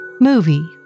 Movie